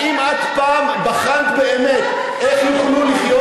האם את פעם בחנת באמת איך יוכלו לחיות